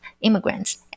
immigrants